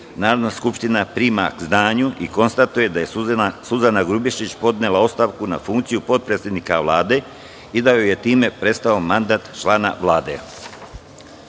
Narodna skupština prima k znanju i konstatuje da je Suzana Grubješić podnela ostavku na funkciju potpredsednika Vlade i da joj je time prestao mandat člana